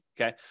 Okay